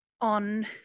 on